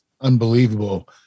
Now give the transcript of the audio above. unbelievable